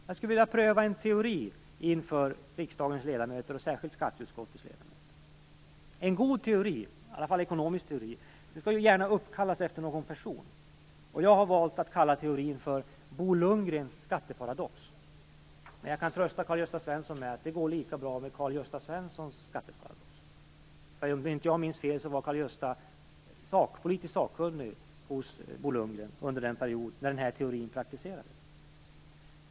Jag skulle vilja pröva en teori inför riksdagens ledamöter, särskilt skatteutskottets ledamöter. En god ekonomisk teori skall ju gärna uppkallas efter någon person. Jag har valt att kalla teorin Bo Lundgrens skatteparadox. Jag kan dock trösta Karl-Gösta Svenson med att det hade gått lika bra med Karl-Gösta Svensons skatteparadox. Om inte jag minns fel var ju Lundgren under den period då den här teorin praktiserades.